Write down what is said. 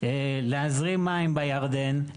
להזרים מים בירדן,